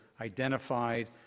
identified